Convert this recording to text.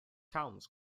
towns